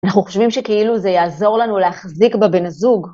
אנחנו חושבים שכאילו זה יעזור לנו להחזיק בבן זוג.